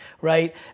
right